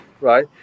right